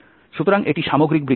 সুতরাং এটি সামগ্রিক বৃক্ষ